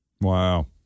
Wow